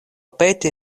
peti